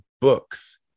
books